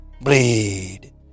bleed